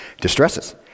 distresses